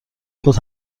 خود